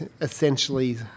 essentially